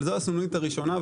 אבל זו הסנונית הראשונה,